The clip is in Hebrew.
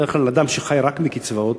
בדרך כלל אדם שחי רק מקצבאות